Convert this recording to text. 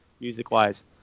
Music-wise